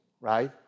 right